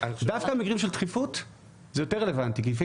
דווקא במקרים של דחיפות זה יותר רלוונטי כי לפעמים